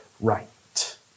right